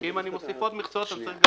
כי אם אני מוסיף עוד מכסות אז צריך גם